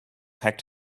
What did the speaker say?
packed